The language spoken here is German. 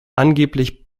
angeblich